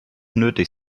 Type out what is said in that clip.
nötig